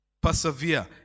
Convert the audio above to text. persevere